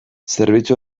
zerbitzu